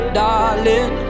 darling